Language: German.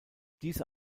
diese